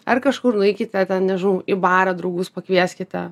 ar kažkur nueikite ten nežinau į barą draugus pakvieskite